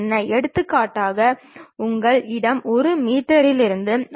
எனவே விளக்கக்காட்சிக்கு மீண்டும் செல்வோம்